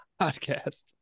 podcast